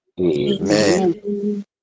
Amen